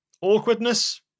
awkwardness